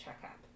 checkup